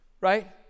Right